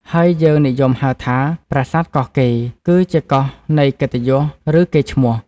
ហើយយើងនិយមហៅថា "ប្រាសាទកោះកេរ" គឺជាកោះនៃកិត្តិយស ឬកេរ្តិ៍ឈ្មោះ ។